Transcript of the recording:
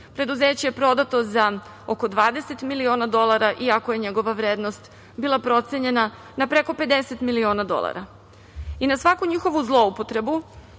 Preduzeće je prodato za oko 20 miliona dolara, iako je njegova vrednost bila procenjena na preko 50 miliona dolara. I na svaku njihovu zloupotrebu